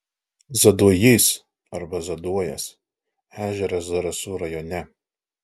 zaduojys arba zaduojas ežeras zarasų rajone